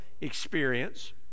experience